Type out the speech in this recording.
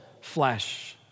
flesh